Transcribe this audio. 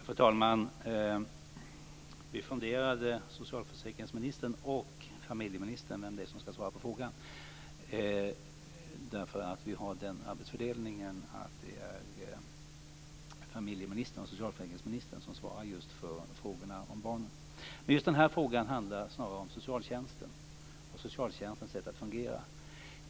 Fru talman! Jag och socialförsäkrings och familjeministern funderade på vem det är som skall svara på frågan. Vi har nämligen arbetsfördelningen att det är familje och socialförsäkringsministern som svarar för just frågorna om barnen. Just den här frågan handlar snarare om socialtjänsten och socialtjänstens sätt att fungera.